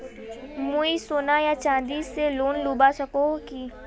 मुई सोना या चाँदी से लोन लुबा सकोहो ही?